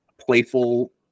playful